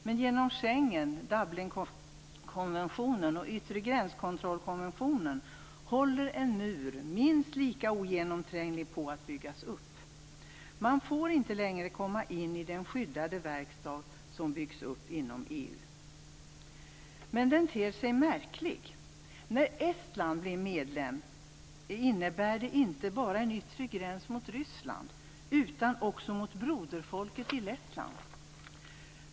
Men genom Schengen, Dublinkonventionen och yttregränskontrollkonventionen håller en minst lika ogenomtränglig mur på att byggas upp. Man får inte längre komma in i den skyddade verkstad som byggs upp inom EU. Men den ter sig som märklig. När Estland blir medlem innebär det inte bara en yttre gräns mot Ryssland utan också mot broderfolket i Lettland.